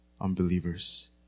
unbelievers